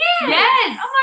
Yes